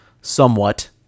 somewhat